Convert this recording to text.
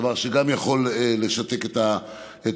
דבר שגם יכול לשתק את העניין.